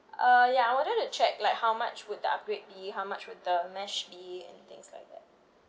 uh ya I wanted to check like how much would the upgrade be how much would the mesh be and things like that